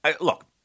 Look